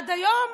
ועד היום